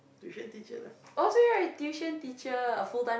tuition teacher lah